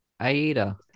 aida